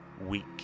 weak